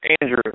Andrew